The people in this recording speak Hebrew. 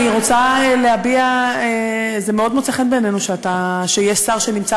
אני רוצה להביע זה מאוד מוצא חן בעינינו שיש שר שנמצא